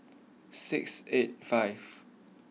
six eight five